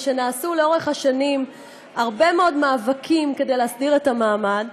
ונעשו לאורך השנים הרבה מאוד מאבקים כדי להסדיר את המעמד,